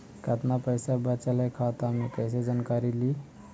कतना पैसा बचल है खाता मे कैसे जानकारी ली?